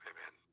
Amen